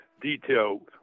detail